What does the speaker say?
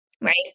right